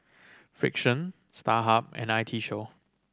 Frixion Starhub and I T Show